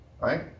right